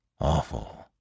Awful